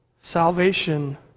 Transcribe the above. salvation